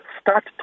Start